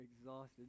exhausted